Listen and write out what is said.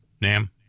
NAM